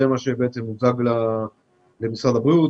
זה מה שהוצג למשרד הבריאות.